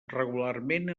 regularment